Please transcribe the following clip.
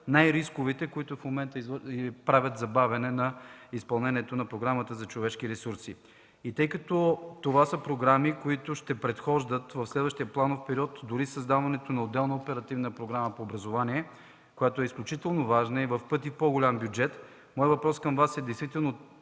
най рисковите, които в момента правят забавяне на изпълнението на Програмата „Човешки ресурси”. Тъй като това са програми, които ще предхождат в следващия планов период дори създаването на отделна Оперативна програма „Образование”, която е изключително важна и в пъти по-голям бюджет, то моят въпрос към Вас е: това ли